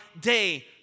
day